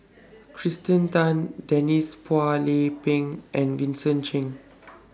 Kirsten Tan Denise Phua Lay Peng and Vincent Cheng